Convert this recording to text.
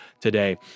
today